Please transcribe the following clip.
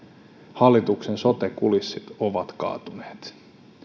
hallituksen sote kulissit ovat kaatuneet